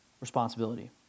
responsibility